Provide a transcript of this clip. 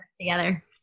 together